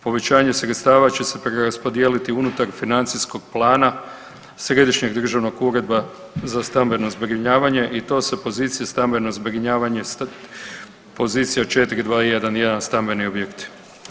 Povećanje sredstava će se preraspodijeliti unutar financijskog plana Središnjeg državnog ureda za stambeno zbrinjavanje i to sa pozicije stambeno zbrinjavanje, pozicija 4211 stambeni objekti.